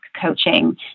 coaching